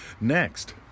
Next